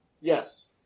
Yes